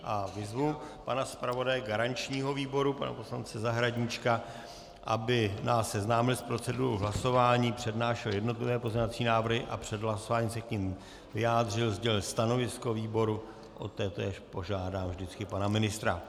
Vyzvu pana zpravodaje garančního výboru, pana poslance Zahradníčka, aby nás seznámil s procedurou hlasování, přednášel jednotlivé pozměňovací návrhy a před hlasováním se k nim vyjádřil, sdělil stanovisko výboru, o totéž požádám vždycky pana ministra.